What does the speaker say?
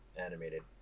animated